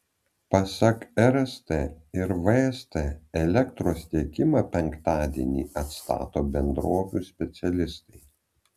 pasak rst ir vst elektros tiekimą penktadienį atstato bendrovių specialistai